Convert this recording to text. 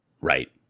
Right